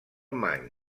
manx